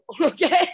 Okay